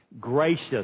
gracious